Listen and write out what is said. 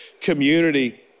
community